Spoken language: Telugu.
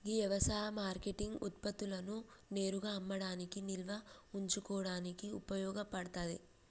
గీ యవసాయ మార్కేటింగ్ ఉత్పత్తులను నేరుగా అమ్మడానికి నిల్వ ఉంచుకోడానికి ఉపయోగ పడతాది